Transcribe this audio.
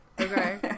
okay